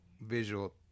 visual